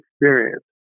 experience